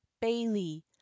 Bailey